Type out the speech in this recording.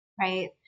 right